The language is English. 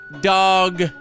dog